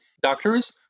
doctors